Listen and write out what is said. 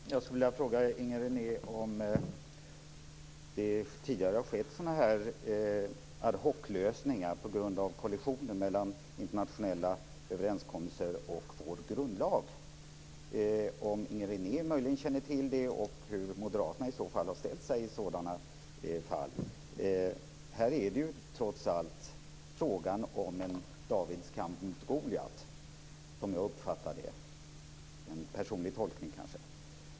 Fru talman! Jag skulle vilja fråga Inger René om det tidigare har skett sådana här ad hoc-lösningar på grund av kollisioner mellan internationella överenskommelser och vår grundlag. Jag undrar om Inger René möjligen känner till det och hur moderaterna i så fall har ställt sig. Här är det trots allt fråga om en Davids kamp mot Goliat, som jag uppfattar det. Det är kanske en personlig tolkning.